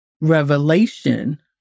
revelation